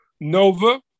Nova